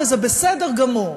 וזה בסדר גמור,